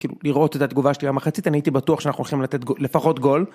כאילו לראות את התגובה שלי במחצית, אני הייתי בטוח שאנחנו הולכים לתת לפחות גול.